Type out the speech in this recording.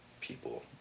people